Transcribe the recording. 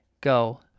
go